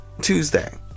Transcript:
tuesday